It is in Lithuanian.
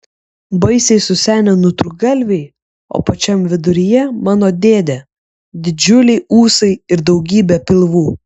baisiai susenę nutrūktgalviai o pačiam viduryje mano dėdė didžiuliai ūsai ir daugybė pilvų